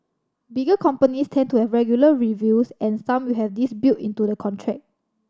bigger companies tend to have regular reviews and some will have this built into the contract